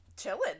chilling